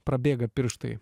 prabėga pirštai